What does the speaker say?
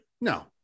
no